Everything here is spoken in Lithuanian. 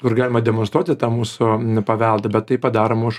kur galima demonstruoti tą mūsų paveldą bet tai padaroma už